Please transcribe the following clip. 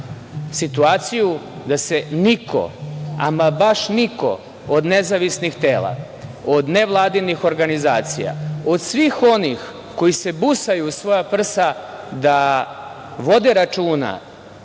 situaciju da se niko, ama baš niko od nezavisnih tela, od nevladinih organizacija, od svih onih koji se busaju u svoja prsa da vode računa